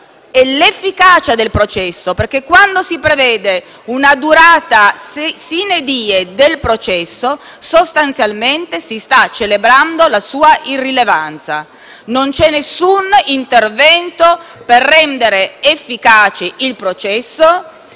e l'efficacia del processo, perché quando si prevede una durata *sine die* del processo, sostanzialmente si sta celebrando la sua irrilevanza. Non c'è alcun intervento per rendere efficace il processo.